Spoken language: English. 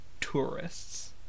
tourists